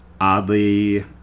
oddly